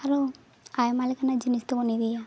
ᱟᱨᱚ ᱟᱭᱢᱟ ᱞᱮᱠᱟᱱᱟᱜ ᱡᱤᱱᱤᱥ ᱛᱮᱵᱚᱱ ᱤᱫᱤᱭᱟ